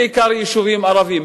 בעיקר יישובים ערביים,